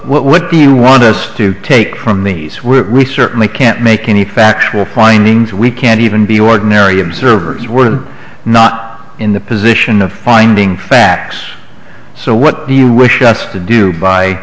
what do you want us to take from me re certainly can't make any factual findings we can't even be ordinary observers were not in the position of finding facts so what do you wish us to do by